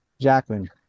Jackman